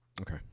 Okay